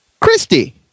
Christy